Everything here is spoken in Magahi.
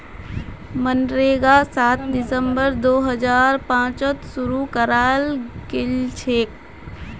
मनरेगा सात दिसंबर दो हजार पांचत शूरू कराल गेलछिले